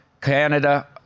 Canada